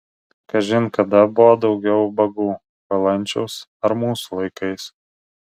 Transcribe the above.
kažin kada buvo daugiau ubagų valančiaus ar mūsų laikais